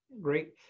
Great